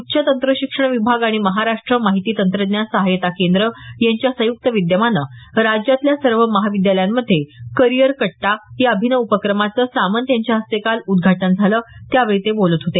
उच्च तंत्र शिक्षण विभाग आणि महाराष्ट्र माहिती तंत्रज्ञान सहायता केंद्र यांच्या संयुक्त विद्यमानं राज्यातल्या सर्व महाविद्यालयांमध्ये करियर कट्टा या अभिनव उपक्रमाचं सामंत यांच्या हस्ते काल उद्घाटन झालं त्यावेळी ते बोलत होते